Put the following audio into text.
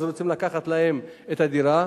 אז רוצים לקחת להם את הדירה.